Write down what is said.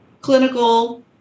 clinical